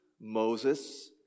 Moses